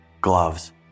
gloves